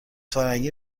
فرنگی